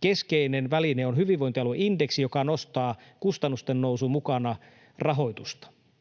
keskeinen väline on hyvinvointialueindeksi, joka nostaa rahoitusta kustannusten nousun mukana.